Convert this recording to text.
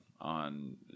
on